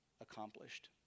accomplished